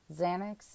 Xanax